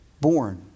born